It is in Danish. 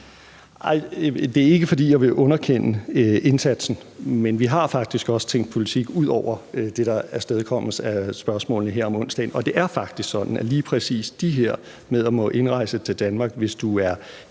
Det er ikke, fordi jeg vil underkende indsatsen, men vi har faktisk også tænkt politik ud over det, der afstedkommes af spørgsmålene her om onsdagen. Og det er faktisk sådan, at lige præcis det her med at måtte indrejse til Danmark, hvis du er